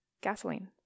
gasoline